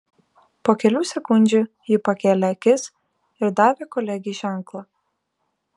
po kelių sekundžių ji pakėlė akis ir davė kolegei ženklą